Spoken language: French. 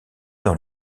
dans